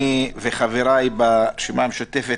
אני וחבריי ברשימה המשותפת,